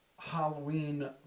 Halloween